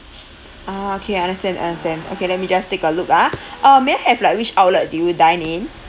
ah okay understand understand okay let me just take a look ah uh may I have like which outlet did you dine in